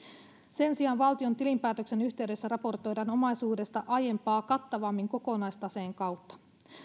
sen sijaan valtion tilinpäätöksen yhteydessä raportoidaan omaisuudesta aiempaa kattavammin kokonaistaseen kautta